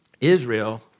Israel